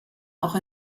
auch